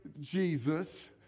Jesus